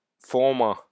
former